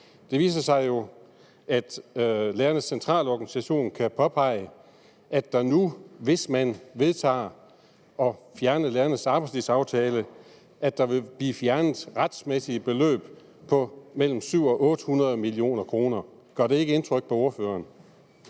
Det viser sig jo, at Lærernes Centralorganisation kan påvise, at der nu, hvis man vedtager at fjerne lærernes arbejdstidsaftale, vil blive fjernet retsmæssige beløb på mellem 700 mio. kr. og 800 mio. kr. Gør det ikke indtryk på ordføreren?